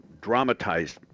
dramatized